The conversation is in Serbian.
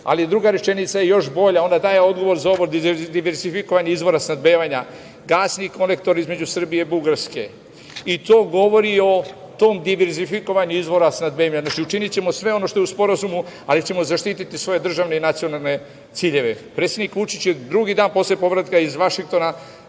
Druga rečenica je još bolja. Ona daje odgovor za ovo diversifikovanje izvora snabdevanja gasni konektor između Srbije i Bugarske. To govori o tom diversifikovanju izvora snabdevanja. Znači - učinićemo sve ono što je u sporazumu, ali ćemo zaštiti svoje državne i nacionalne ciljeve. Pre svih, Vučićev drugi dan posle povratka iz Vašingtona